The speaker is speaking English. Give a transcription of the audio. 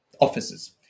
offices